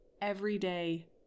everyday